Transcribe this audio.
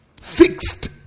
fixed